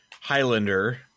Highlander